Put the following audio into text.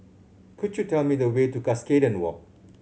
could you tell me the way to Cuscaden Walk